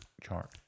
chart